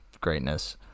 greatness